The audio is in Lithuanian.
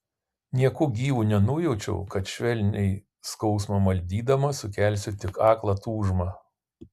nieku gyvu nenujaučiau kad švelniai skausmą maldydama sukelsiu tik aklą tūžmą